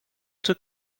czy